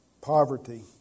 Poverty